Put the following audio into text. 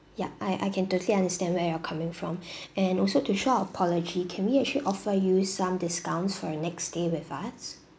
yup I I can totally understand where you're coming from and also to show our apology can we actually offer you some discounts for your next stay with us